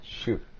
shoot